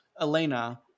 Elena